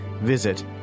Visit